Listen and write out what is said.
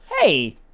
Hey